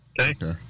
okay